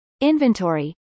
inventory